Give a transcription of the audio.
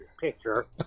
picture